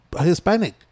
Hispanic